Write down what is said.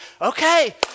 Okay